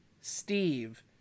Steve